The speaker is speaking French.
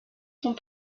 sont